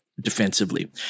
defensively